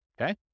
okay